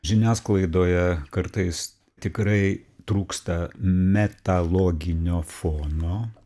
žiniasklaidoje kartais tikrai trūksta metaloginio fono